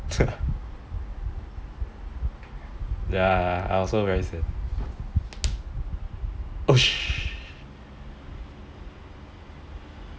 ya I also very sian